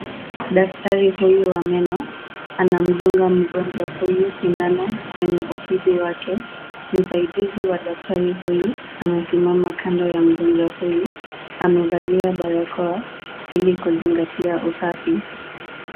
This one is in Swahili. Daktari huyu wa meno, anamdunga mgonjwa huyu sindano kwenye ufizi wake. Msaidizi wa daktari huyu, amesimama kando ya mgonjwa huyu. Amevalia barakoa ili kuzingatia usafi.